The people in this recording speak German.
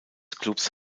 clubs